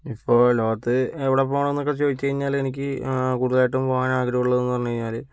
ഇപ്പോൾ ലോകത്ത് എവിടെ പോകണം എന്നൊക്കെ ചോദിച്ച് കഴിഞ്ഞാല് എനിക്ക് കൂടുതലായിട്ടും പോകാൻ ആഗ്രഹം ഉള്ളത്ന്ന് പറഞ്ഞു കഴിഞ്ഞാല്